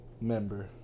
member